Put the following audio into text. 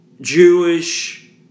Jewish